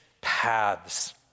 paths